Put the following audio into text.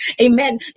amen